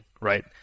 right